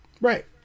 Right